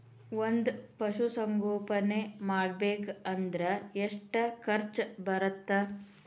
ಒಂದ್ ಪಶುಸಂಗೋಪನೆ ಮಾಡ್ಬೇಕ್ ಅಂದ್ರ ಎಷ್ಟ ಖರ್ಚ್ ಬರತ್ತ?